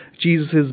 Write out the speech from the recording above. Jesus